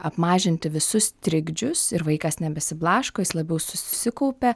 apmažinti visus trikdžius ir vaikas nebesiblaško jis labiau susikaupia